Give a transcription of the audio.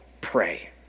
pray